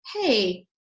Hey